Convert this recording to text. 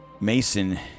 Mason